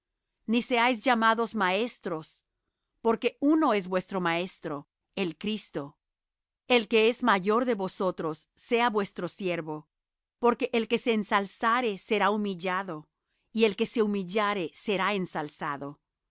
ni seáis llamados maestros porque uno es vuestro maestro el cristo el que es el mayor de vosotros sea vuestro siervo porque el que se ensalzare será humillado y el que se humillare será ensalzado